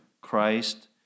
Christ